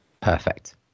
perfect